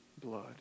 blood